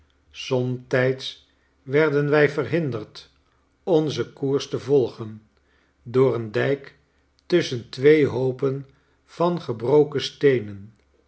somtijds werden wij verhinderd onzen koers te volgen door een dijk tusschen twee hoopen van gebroken steenen